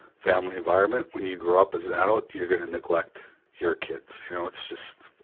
family environment, when you grow up as an adult, you're gonna neglect your kids, you know, it's just,